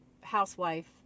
housewife